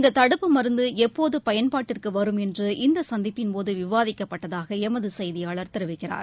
இந்த தடுப்பு மருந்து எப்போது பயன்பாட்டிற்கு வரும் என்று இந்த சந்திப்பின்போது விவாதிக்கப்பட்டதாக எமது செய்தியாளர் தெரிவிக்கிறார்